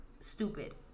stupid